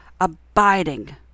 abiding